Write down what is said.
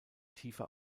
tiefer